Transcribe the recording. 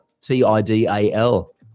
T-I-D-A-L